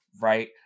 right